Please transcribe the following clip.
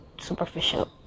superficial